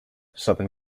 southern